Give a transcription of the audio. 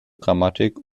grammatik